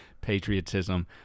patriotism